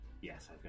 Yes